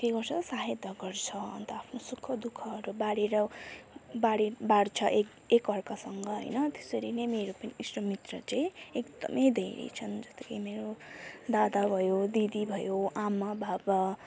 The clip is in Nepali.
के गर्छ सहायता गर्छ अन्त आफ्नो सुख दुःखहरू बाँडेर बाँड्छ एक अर्कासँग हैन त्यसरी नै मेरो पनि इष्ट मित्र चाहिँ एकदमै धेरै छन् जस्तो कि मेरो दादा भयो दिदी भयो आमा बाबा